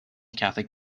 catholic